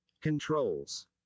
Controls